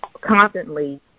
constantly